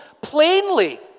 plainly